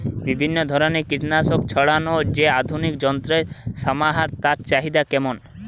বিভিন্ন ধরনের কীটনাশক ছড়ানোর যে আধুনিক যন্ত্রের সমাহার তার চাহিদা কেমন?